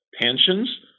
pensions